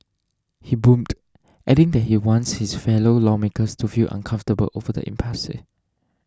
he boomed adding that he wants his fellow lawmakers to feel uncomfortable over the impasse